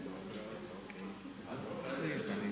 Hvala vam